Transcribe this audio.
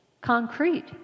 concrete